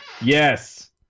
Yes